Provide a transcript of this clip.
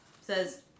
says